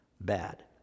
Bad